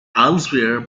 elsewhere